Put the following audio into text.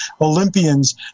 Olympians